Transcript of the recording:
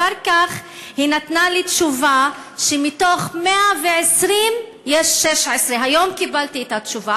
אחר כך היא נתנה לי תשובה שמתוך 120 יש 16. היום קיבלתי את התשובה,